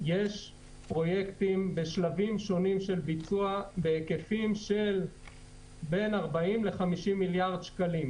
יש פרויקטים בשלבים שונים של ביצוע בהיקפים של 50-40 מיליארד שקלים.